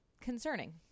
concerning